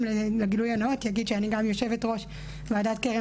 גילוי נאות אני גם יושבת-ראש ועדת קרן